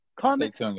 Comment